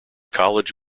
college